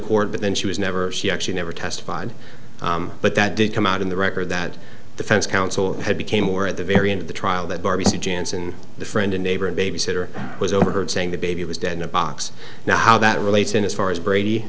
court but then she was never actually never testified but that did come out in the record that the fence counsel had became or at the very end of the trial that barbie janssen the friend and neighbor and babysitter was overheard saying the baby was dead in a box now how that relates and as far as brady